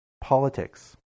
Politics